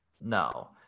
No